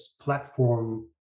platform